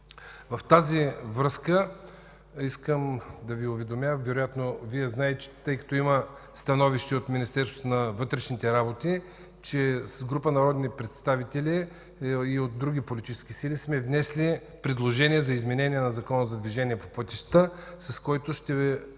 В тази връзка искам да Ви уведомя, вероятно и Вие знаете, тъй като има становище на Министерството на вътрешните работи, че с група народни представители и от други политически сили сме внесли предложение за изменение на Закона за движение по пътищата, с което